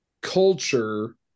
culture